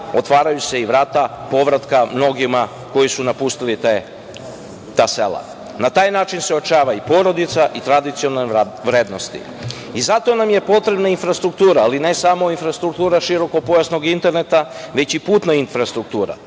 otvaraju se vrata povratka mnogima koji su napustili ta sela. Na taj način se ojačava i porodica i tradicionalne vrednosti. Zato nam je potrebna infrastruktura, ali ne samo infrastruktura širokopojasnog interneta, već i putna infrastruktura.